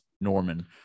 Norman